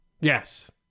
Yes